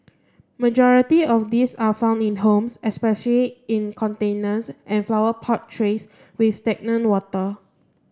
majority of these are found in homes especially in containers and flower pot trays with stagnant water